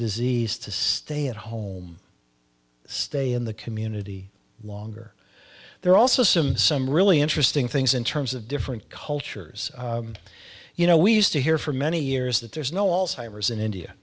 disease to stay at home stay in the community longer there are also some some really interesting things in terms of different cultures you know we used to hear for many years that there's no also hires in india